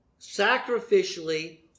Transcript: sacrificially